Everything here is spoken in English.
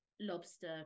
lobster